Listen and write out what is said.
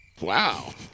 Wow